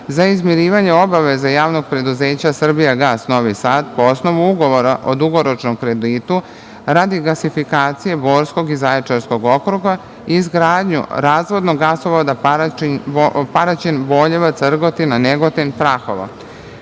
za izmirivanje obaveza JP Srbijagas Novi Sad po osnovu ugovora o dugoročnom kreditu, radi gasifikacije Borskog i Zaječarskog okruga i izgradnju razvodnog gasovoda Paraćin-Boljevac-Rgotina-Negotin-Prahovo.